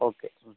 okay